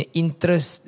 interest